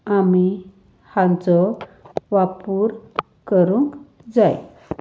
आमी हांचो वापूर करूंक जाय